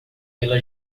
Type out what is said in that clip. pela